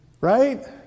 Right